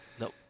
nope